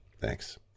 Thanks